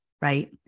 right